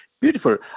Beautiful